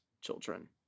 children